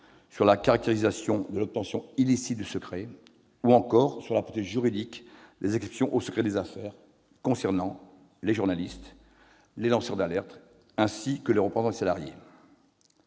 sur la caractérisation de l'obtention illicite du secret ou encore sur la portée juridique des exceptions au secret des affaires concernant les journalistes, les lanceurs d'alerte, ainsi que les représentants des salariés.